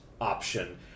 option